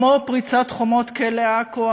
כמו פריצת חומות כלא עכו,